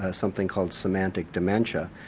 ah something called semantic dementia,